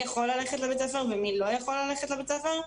יכול ללכת לבית הספר ומי לא יכול ללכת בית הספר.